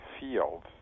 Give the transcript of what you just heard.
fields